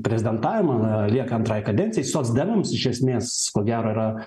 prezidentavimą lieka antrai kadencijai socdemams iš esmės ko gero yra